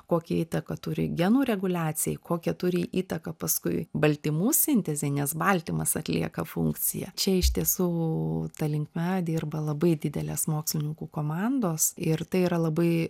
kokią įtaką turi genų reguliacijai kokią turi įtaką paskui baltymų sintezei nes baltymas atlieka funkciją čia iš tiesų ta linkme dirba labai didelės mokslininkų komandos ir tai yra labai